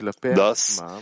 Thus